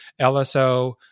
LSO